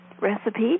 recipe